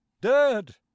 dead